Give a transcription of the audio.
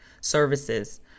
services